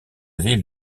ville